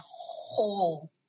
whole